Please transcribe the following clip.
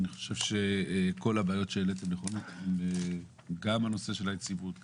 אני חושב שכל הבעיות שהעליתם נכונות גם נושא היציבות,